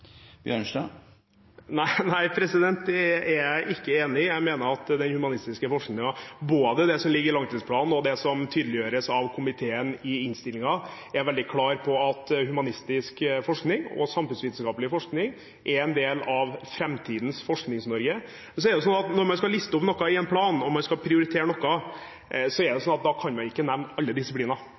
Nei, det er jeg ikke enig i. Jeg mener at det både i langtidsplanen og i det som tydeliggjøres av komiteen i innstillingen, går veldig klart fram at humanistisk forskning og samfunnsvitenskapelig forskning er en del av framtidens Forsknings-Norge. Så er det sånn at når man skal liste opp noe i en plan og man skal prioritere noe, kan man ikke nevne alle disipliner.